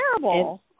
terrible